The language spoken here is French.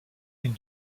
une